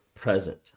present